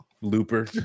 Looper